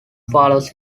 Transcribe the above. follows